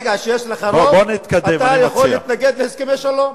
ברגע שיש לך רוב, אתה יכול להגיע להסכמי שלום.